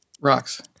Rocks